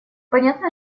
понятно